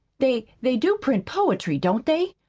they they do print poetry, don't they?